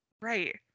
right